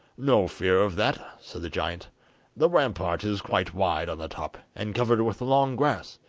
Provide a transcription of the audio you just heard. no fear of that said the giant the rampart is quite wide on the top, and covered with long grass,